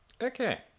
Okay